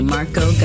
Marco